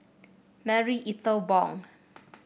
Marie Ethel Bong